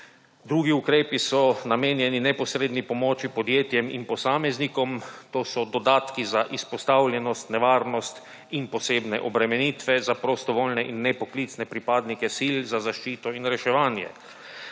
škoda na zdravju. Neposredna pomoč podjetjem in posameznikom se odraža v dodatkih za izpostavljenost, nevarnost in posebne obremenitve za prostovoljne in ne poklicne pripadnike sil za zaščito in reševanje.